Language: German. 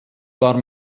war